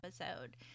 episode